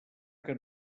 que